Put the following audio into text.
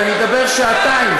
אני אדבר שעתיים.